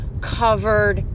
covered